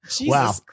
wow